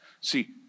See